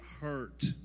hurt